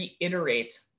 reiterate